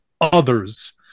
others